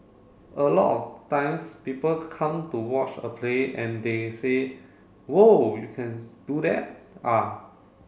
a lot of times people come to watch a play and they say whoa you can do that ah